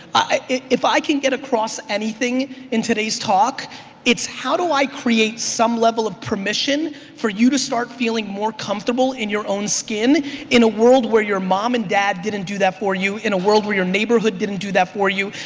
if i can get across anything in today's talk it's how do i create some level of permission for you to start feeling more comfortable in your own skin in a world where your mom and dad didn't do that for you, in a world where neighborhood didn't do that for you,